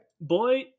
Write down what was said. boy